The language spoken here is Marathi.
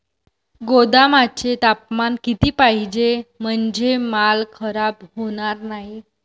गोदामाचे तापमान किती पाहिजे? म्हणजे माल खराब होणार नाही?